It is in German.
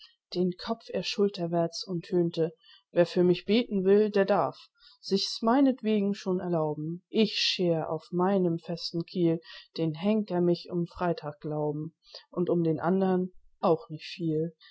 den kopf er schulterwärts und höhnte wer für mich beten will der darf sich's meinetwegen schon erlauben ich scher auf meinem festen kiel den henker mich um freitagglauben und um den andern auch nicht viel